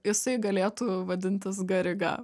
jisai galėtų vadintis gariga